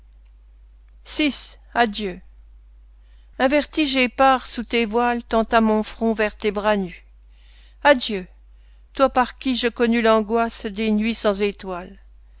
vi adieu un vertige épars sous tes voiles tenta mon front vers tes bras nus adieu toi par qui je connus l'angoisse des nuits sans étoiles